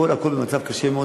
הכול הכול במצב קשה מאוד,